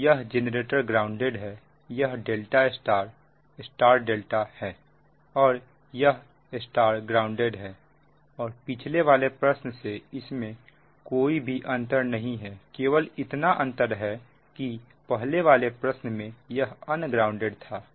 तो यह generator grounded है यह ∆ Y Y ∆ है और यह Y ग्राउंडेड है और पिछले वाले प्रश्न से इसमें कोई भी अंतर नहीं है केवल इतना अंतर है कि पहले वाले प्रश्न में यह अनग्राउंडेड था